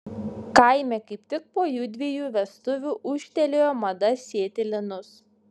kaime kaip tik po jųdviejų vestuvių ūžtelėjo mada sėti linus